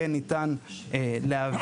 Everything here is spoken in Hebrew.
יהיה ניתן להעביר,